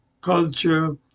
culture